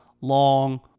long